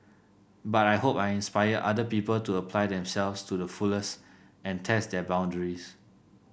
but I hope I inspire other people to apply themselves to the fullest and test their boundaries